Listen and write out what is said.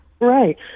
Right